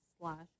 slash